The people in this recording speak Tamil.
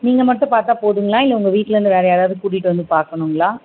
நீங்கள் மட்டும் பார்த்தா போதுங்களா இல்லை உங்கள் வீட்லேந்து வேறு யாராவது கூட்டிகிட்டு வந்து பார்க்கணுங்களா